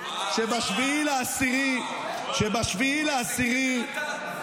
שב-7 באוקטובר --- איזה גבר אתה.